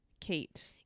Kate